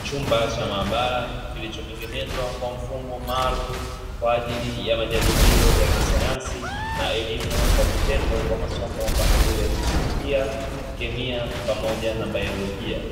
Chumba cha maabara kilichotengenezwa kwa mfumo maalumu kwa ajili ya majaribio ya kisayansi na elimu kwa vitendo kwa mfumo kama vile fizikia, chemia, pamoja na biolojia;